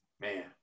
Man